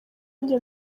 njye